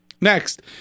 Next